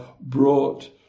brought